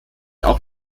auch